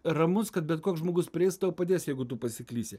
ramus kad bet koks žmogus prieis tau padės jeigu tu pasiklysi